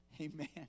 Amen